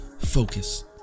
Focus